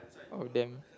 all of them